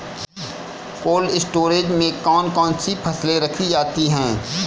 Cold storage में कौन कौन सी फसलें रखी जाती हैं?